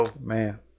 Man